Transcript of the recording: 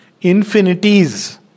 infinities